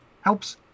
helps